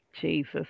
Jesus